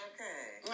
Okay